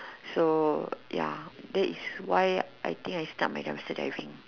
so ya that is why I think I start my dumpster diving